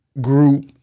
group